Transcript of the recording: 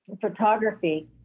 photography